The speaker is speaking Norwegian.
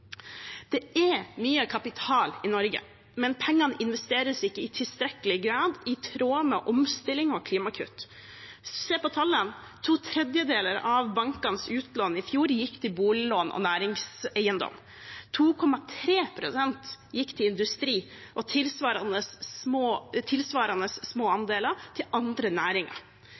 Det er mye kapital i Norge, men pengene investeres ikke i tilstrekkelig grad i tråd med omstilling og klimakutt. Hvis vi ser på tallene: To tredjedeler av bankenes utlån i fjor gikk til boliglån og næringseiendom, 2,3 pst. gikk til industri, og tilsvarende små andeler gikk til andre næringer.